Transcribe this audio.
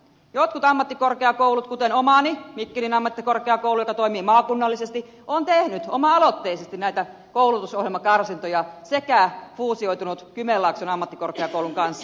jotkut ammattikorkeakoulut ovat tehneet oma aloitteisesti näitä koulutusohjelmakarsintoja kuten omani mikkelin ammattikorkeakoulu joka toimii maakunnallisesti ja on fuusioitunut kymenlaakson ammattikorkeakoulun kanssa